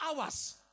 hours